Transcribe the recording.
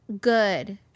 good